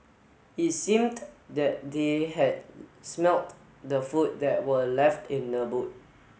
it seemed that they had smelt the food that were left in the boot